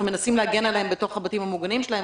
מנסים להגן עליהם בתוך הבתים המוגנים שלהם,